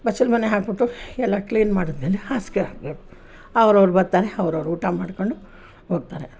ಬಚ್ಚಲ ಮನೆಗೆ ಹಾಕಿಬಿಟ್ಟು ಎಲ್ಲ ಕ್ಲೀನ್ ಮಾಡಿದಮೇಲೆ ಹಾಸಿಗೆ ಹಾಕಬೇಕು ಅವರವರು ಬರ್ತಾರೆ ಅವರವರ ಊಟ ಮಾಡಿಕೊಂಡು ಹೋಗ್ತಾರೆ